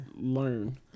learn